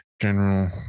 general